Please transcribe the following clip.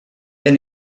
wenn